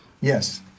Yes